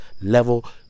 level